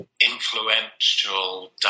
influential